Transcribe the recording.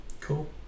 Cool